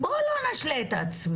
בוא לא נשלה את עצמינו.